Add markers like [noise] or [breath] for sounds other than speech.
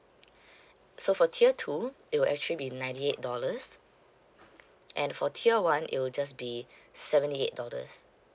[breath] so for tier two it will actually be ninety eight dollars and for tier one it will just be seventy eight dollars